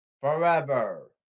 forever